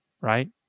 right